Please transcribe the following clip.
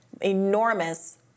enormous